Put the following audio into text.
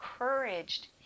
encouraged